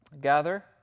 Gather